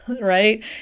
right